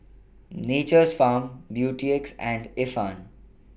Nature's Farm Beautex and Ifan